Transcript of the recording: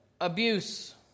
abuse